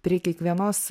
prie kiekvienos